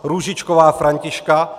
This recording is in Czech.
Růžičková Františka